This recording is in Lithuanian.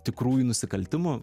tikrųjų nusikaltimų